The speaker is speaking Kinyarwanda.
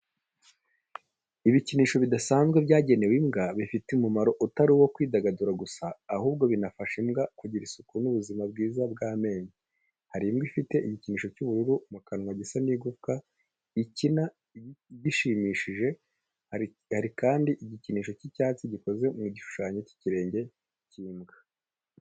Ibikinisho bidasanzwe byagenewe imbwa bifite umumaro utari uwo kwidagadura gusa ahubwo binafasha imbwa kugira isuku n’ubuzima bwiza bw’amenyo. Hari imbwa ifite igikinisho cy'ubururu mu kanwa gisa n’igufwa ikina igishimishije. Hari kandi igikinisho cy'icyatsi gikoze mu gishushanyo cy'ikirenge cy'imbwa.